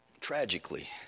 tragically